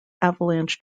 avalanche